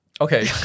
Okay